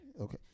Okay